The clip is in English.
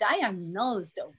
diagnosed